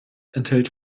enthält